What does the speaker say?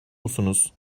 musunuz